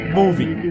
movie